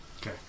Okay